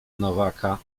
nowaka